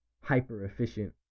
hyper-efficient